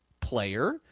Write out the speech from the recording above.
player